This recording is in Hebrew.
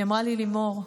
היא אמרה לי: לימור,